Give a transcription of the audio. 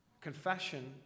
confession